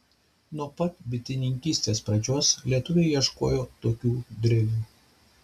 nuo pat bitininkystės pradžios lietuviai ieškojo tokių drevių